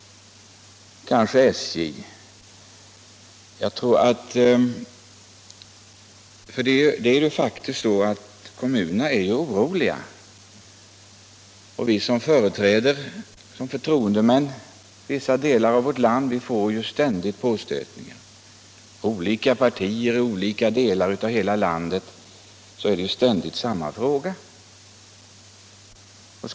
Det är ju faktiskt så att kommunerna är oroliga, och vi som i egenskap av förtroendemän företräder vissa delar av vårt land får ständigt påstötningar härom. I olika partier och i olika landsändar är det alltid samma frågor.